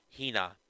Hina